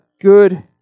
good